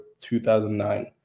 2009